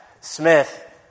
Smith